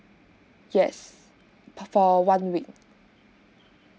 yes per for one week